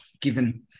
given